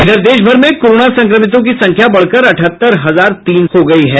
इधर देश भर में कोरोना संक्रमितों की संख्या बढ़कर अठहत्तर हजार तीन हो गयी है